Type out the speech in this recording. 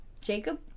jacob